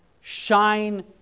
shine